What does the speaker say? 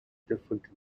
different